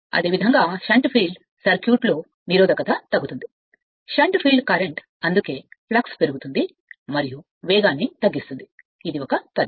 అదే విధంగా shunt field సర్క్యూట్లో నిరోధకత తగ్గుతుంది షంట్ ఫీల్డ్ కరెంట్ అందుకే ఫ్లక్స్ పెరుగుతుంది మరియు వేగాన్ని తగ్గిస్తుంది ఇది ఒక పద్ధతి